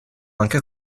anche